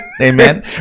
Amen